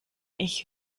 ich